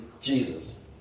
Jesus